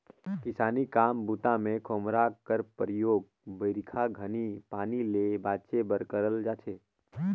किसानी काम बूता मे खोम्हरा कर परियोग बरिखा घनी पानी ले बाचे बर करल जाथे